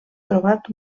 trobat